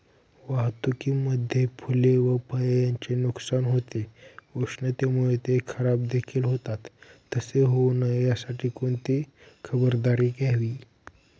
वाहतुकीमध्ये फूले व फळे यांचे नुकसान होते, उष्णतेमुळे ते खराबदेखील होतात तसे होऊ नये यासाठी कोणती खबरदारी घ्यावी?